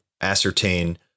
ascertain